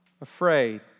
afraid